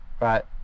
right